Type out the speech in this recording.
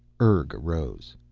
urg arose.